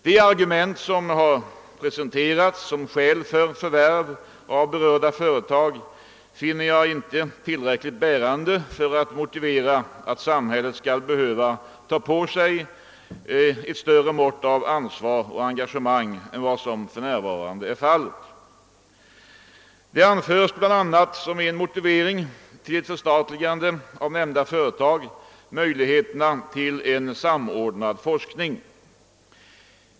De argument som har presenterats som skäl för förvärv av ifrågavarande företag finner jag inte tillräckligt bärande för att motivera att samhället skall behöva ta på sig ett större mått av ansvar och engagemang än som för närvarande är fallet. Som en motivering för ett förstatligande av nämnda företag anförs bl a: möjligheterna till en samordnad forskning.